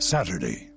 Saturday